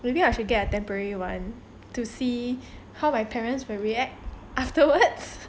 maybe I should get a temporary one to see how my parents will react afterwards